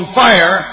fire